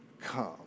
come